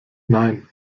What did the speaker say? nein